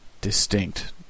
distinct